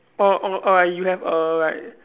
orh orh orh you have a like